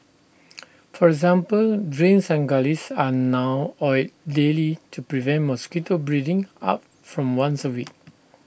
for example drains and gullies are now oiled daily to prevent mosquito breeding up from once A week